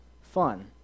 fun